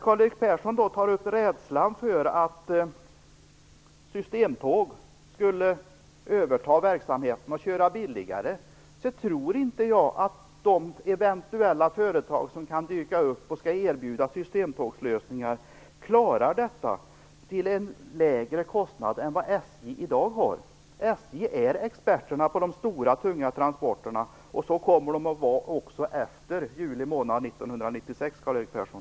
Karl-Erik Persson tar upp rädslan för att systemtåg skulle överta verksamheten och köra billigare. Men jag tror inte att de företag som eventuellt kan dyka upp och erbjuda systemtågslösningar klarar detta till en lägre kostnad än vad SJ i dag har. SJ är experterna på de stora tunga transporterna, och så kommer de att vara också efter juli månad 1996, Karl-Erik Persson.